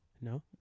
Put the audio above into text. No